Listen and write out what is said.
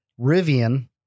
Rivian